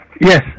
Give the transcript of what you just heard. Yes